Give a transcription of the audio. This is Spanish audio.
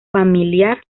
familiar